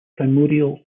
primordial